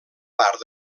part